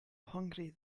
hungry